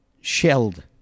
shelled